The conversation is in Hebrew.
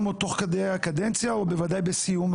או תוך כדי הקדנציה או בוודאי בסיומה,